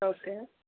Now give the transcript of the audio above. okay